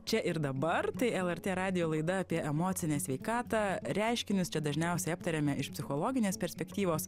čia ir dabar tai lrt radijo laida apie emocinę sveikatą reiškinius čia dažniausiai aptariame iš psichologinės perspektyvos